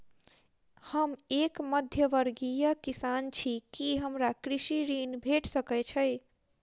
हम एक मध्यमवर्गीय किसान छी, की हमरा कृषि ऋण भेट सकय छई?